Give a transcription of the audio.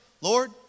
Lord